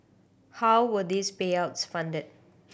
how were these payouts funded